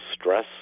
stress